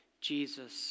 Jesus